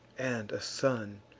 and a son.